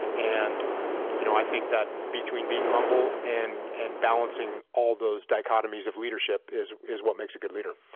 and you know i think that between being humble and and balancing all those dichotomies of leadership is is what makes a good leader.